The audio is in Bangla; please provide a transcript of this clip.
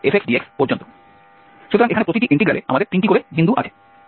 সুতরাং এখানে প্রতিটি ইন্টিগ্রালে আমাদের তিনটি করে বিন্দু আছে